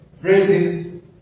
phrases